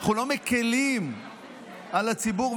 אנחנו לא מקילים על הציבור,